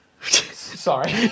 Sorry